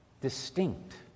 distinct